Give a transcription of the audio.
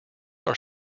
are